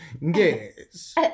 Yes